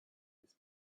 his